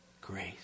grace